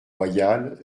royale